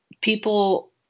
people